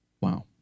Wow